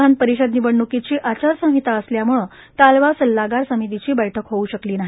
विधान परिषद निवडणूकीची आचार संहीता असल्यामुळे कालवा सल्लागार समितीची बैठक होव् शकली नाही